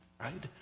right